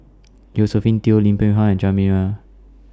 Josephine Teo Lim Peng Han and Jia Me Wai